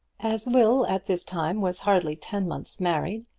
as will at this time was hardly ten months married,